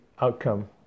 outcome